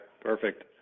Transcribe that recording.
perfect